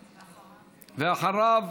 ואחריו,